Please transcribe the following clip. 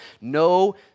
no